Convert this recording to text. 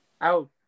out